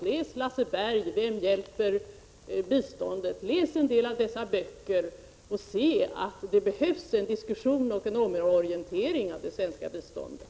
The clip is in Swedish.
Läs Lasse Bergs Vem hjälper biståndet?, läs andra böcker som finns i ämnet och se att det behövs en diskussion om och en omorientering av det svenska biståndet!